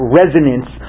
resonance